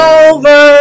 over